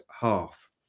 half